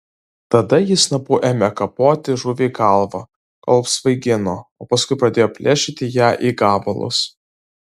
tada ji snapu ėmė kapoti žuviai galvą kol apsvaigino o paskui pradėjo plėšyti ją į gabalus